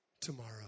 tomorrow